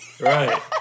Right